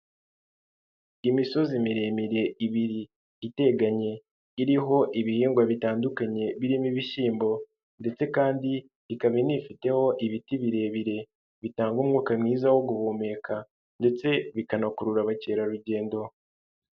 Imisozi miremire ibiri iteganye iriho ibihingwa bitandukanye birimo ibishyimbo ndetse kandi ikaba inifiteho ibiti birebire, bitanga umwuka mwiza wo guhumeka ndetse bikanakurura abakerarugendo.